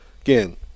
again